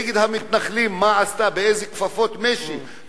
נגד המתנחלים מה היא עשתה, באיזה כפפות משי.